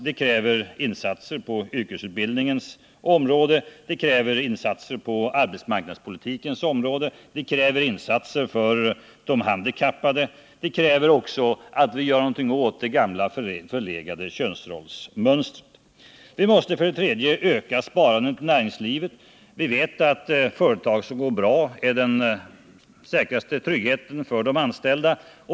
Det kräver insatser på yrkesutbildningens område, på arbetsmarknadspolitikens område och för de handikappade. Det kräver också att någonting görs åt det gamla förlegade könsrollsmönstret. ' För det tredje måste vi öka sparandet i näringslivet. Vi vet att företag som går bra är den säkraste tryggheten för de anställda.